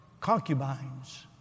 concubines